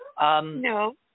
No